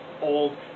old